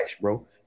bro